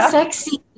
sexy